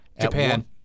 japan